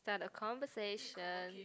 start a conversation